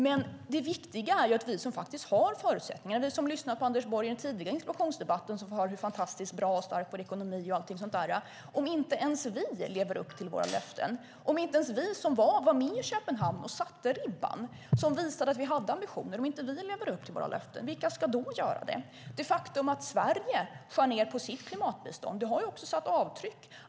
Men det viktiga är att vi som faktiskt har förutsättningar gör saker. Vi som lyssnade på Anders Borg i den tidigare interpellationsdebatten kunde höra hur han talade om hur fantastiskt bra och stark vår ekonomi är. Om inte ens vi som var med i Köpenhamn och satte ribban och visade att vi hade ambitioner lever upp till våra löften, vilka ska då göra det? Det faktum att Sverige skär ned på sitt klimatbistånd har också satt avtryck.